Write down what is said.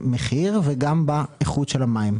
במחיר וגם באיכות של המים.